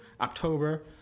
October